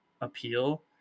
appeal